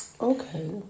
Okay